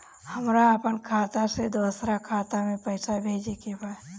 हमरा आपन खाता से दोसरा खाता में पइसा भेजे के बा